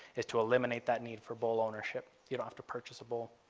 is to eliminate that need for bull ownership. you don't have to purchase a bull.